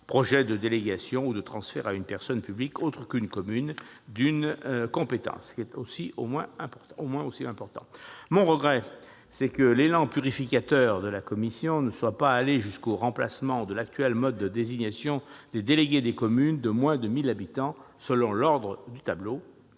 projets de délégation ou de transfert d'une compétence à une personne publique autre qu'une commune, ce qui est au moins aussi important. Je veux dire mon regret que l'élan purificateur de la commission ne soit pas allé jusqu'au remplacement de l'actuel mode de désignation des délégués des communes de moins de 1 000 habitants selon l'ordre du tableau,